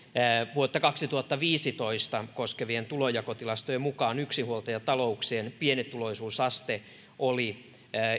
vuotta kaksituhattaviisitoista koskevien tulonjakotilastojen mukaan yksinhuoltajatalouksien pienituloisuusaste oli